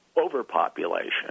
overpopulation